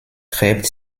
gräbt